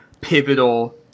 pivotal